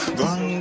run